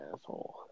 asshole